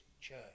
church